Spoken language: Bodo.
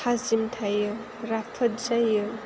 थाजिम थायो राफोद जायो